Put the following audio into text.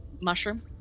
mushroom